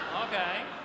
Okay